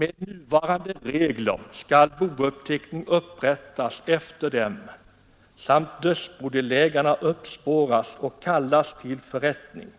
Med nuvarande regler skall bouppteckning upprättas efter dem samt dödsbodelägare uppspåras och kallas till förrättningen,